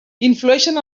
influeixen